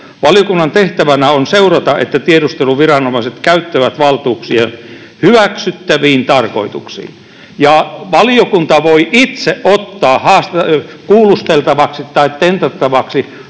”valiokunnan tehtävänä on seurata, että tiedusteluviranomaiset käyttävät valtuuksiaan hyväksyttäviin tarkoituksiin”. Ja valiokunta voi itse ottaa kuulusteltavaksi tai tentattavaksi tehtävään